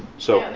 so